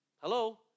Hello